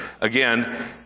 again